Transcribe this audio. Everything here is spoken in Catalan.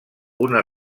una